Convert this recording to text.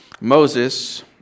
Moses